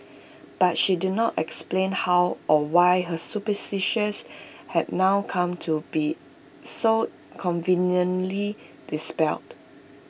but she did not explain how or why her suspicions had now come to be so conveniently dispelled